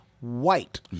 White